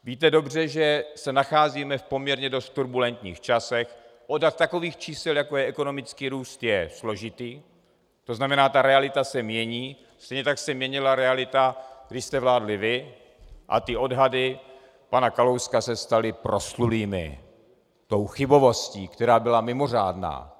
Víte dobře, že se nacházíme v poměrně dost turbulentních časech, odhad takových čísel, jako je ekonomický růst, je složitý, to znamená, ta realita se mění, stejně tak se měnila realita, když jste vládli vy, a ty odhady pana Kalouska se staly proslulými tou chybovostí, která byla mimořádná.